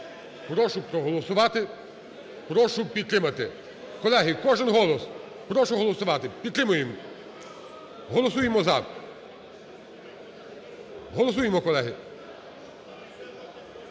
Прошу проголосувати, прошу підтримати. Колеги, кожний голос, прошу голосувати. Підтримуємо. Голосуємо "за". Голосуємо, колеги.